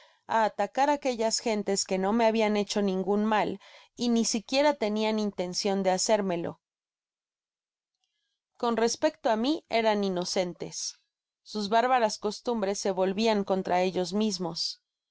atacar aquellas gentes que no me habian hecho ningún mal y ni siquiera tenian intencion de hacérmelo con respecto á mi eran inocentes sus bárbaras costumbres se volvian contra ellos mismos